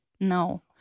No